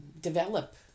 develop